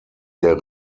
der